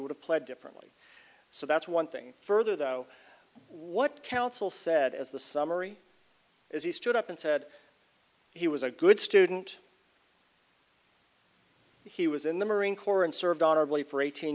would have pled differently so that's one thing further though what counsel said as the summary is he stood up and said he was a good student he was in the marine corps and served honorably for eighteen